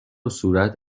صورت